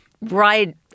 right